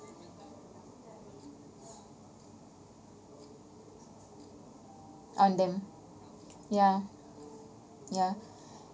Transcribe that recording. on them ya ya